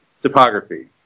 topography